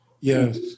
Yes